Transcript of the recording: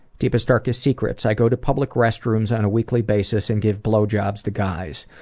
deepest, darkest secrets? i go to public restrooms on a weekly basis and give blowjobs to guys.